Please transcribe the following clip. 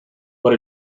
por